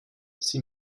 sie